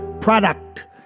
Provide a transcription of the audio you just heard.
product